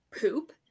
poop